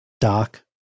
Doc